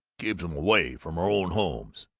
keeps em away from our own homes.